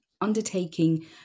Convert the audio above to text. undertaking